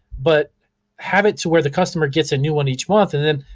but have it to where the customer gets a new one each month. and then,